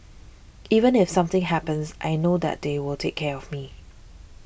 even if something happens I know that they will take care of me